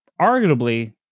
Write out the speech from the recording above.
arguably